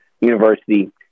university